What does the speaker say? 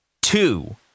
Two